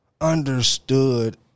understood